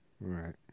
Right